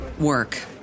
work